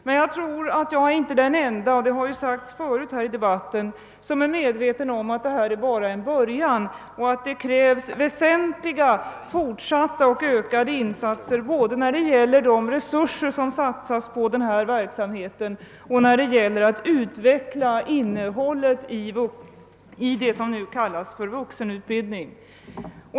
Men jag tror inte att jag är den enda — det har sagts förut här i debatten — som är medveten om att detta är bara en början och att det krävs väsentliga fortsatta och ökade insatser både när det gäller de resurser som satsas på denna verksamhet och när det gäller att utveckla innehållet i det som nu kallas vuxenutbildning.